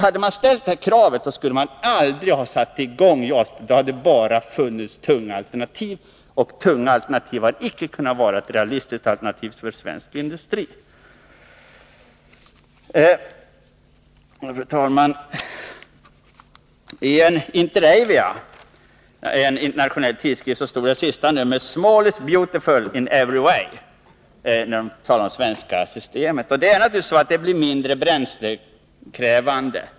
Hade man ställt dessa krav skulle man aldrig ha satt i gång JAS-projektet. Då hade det bara funnits tunga alternativ, och tunga alternativ hade icke kunnat vara ett realistiskt alternativ för svensk industri. Fru talman! I Interavia, en internationell tidskrift, stod det i senaste numret: ”Small is beautiful in every way,” när man talade om det svenska JAS-systemet. Det blir naturligtvis mindre bränslekrävande.